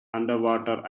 underwater